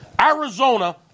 Arizona-